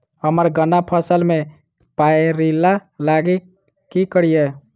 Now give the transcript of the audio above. हम्मर गन्ना फसल मे पायरिल्ला लागि की करियै?